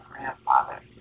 grandfather